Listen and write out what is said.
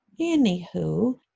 anywho